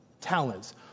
talents